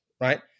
right